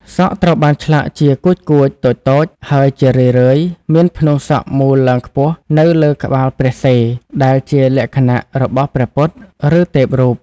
សក់ត្រូវបានឆ្លាក់ជា កួចៗតូចៗ ហើយជារឿយៗមានផ្នួងសក់មូលឡើងខ្ពស់នៅលើក្បាលព្រះសិរ ដែលជាលក្ខណៈរបស់ព្រះពុទ្ធ ឬទេពរូប។